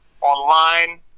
online